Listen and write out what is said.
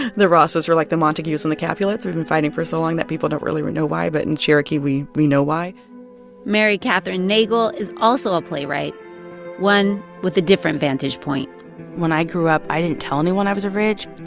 the rosses are like the montagues and the capulets. we've been fighting for so long that people don't really know why. but in cherokee, we we know why mary kathryn nagle is also a playwright one with a different vantage point when i grew up, i didn't tell anyone i was a ridge.